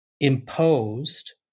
imposed